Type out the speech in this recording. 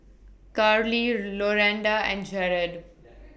Carlee Rolanda and Jared